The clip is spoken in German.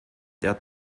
der